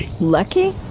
Lucky